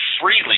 Freely